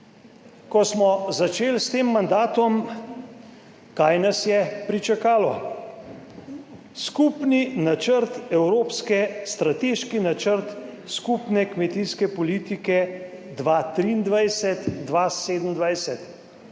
Ko smo začeli s tem mandatom, kaj nas je pričakalo? Skupni načrt evropske, strateški načrt skupne kmetijske politike 2023-2027.